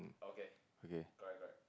okay